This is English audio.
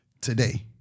today